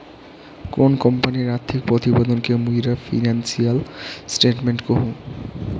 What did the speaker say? কোনো কোম্পানির আর্থিক প্রতিবেদন কে মুইরা ফিনান্সিয়াল স্টেটমেন্ট কহু